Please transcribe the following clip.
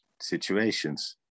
situations